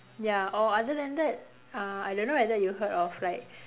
ya or other than that uh I don't know whether you've heard of like